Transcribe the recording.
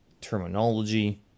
terminology